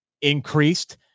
increased